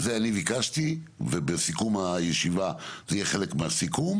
זה אני ביקשתי ובסיכום הישיבה זה יהיה חלק מהסיכום.